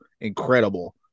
incredible